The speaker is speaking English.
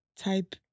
Type